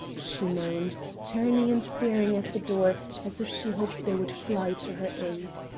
she moaned, turning and staring at the door, as if she hoped they would fly to her aid.